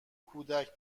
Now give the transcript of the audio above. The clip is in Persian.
کودک